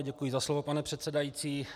Děkuji za slovo, pane předsedající.